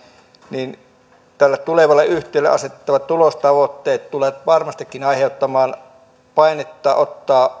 niin tälle tulevalle yhtiölle asetettavat tulostavoitteet tulevat varmastikin aiheuttamaan painetta ottaa